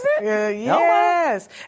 Yes